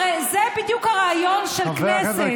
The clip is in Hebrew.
הרי זה בדיוק הרעיון של כנסת,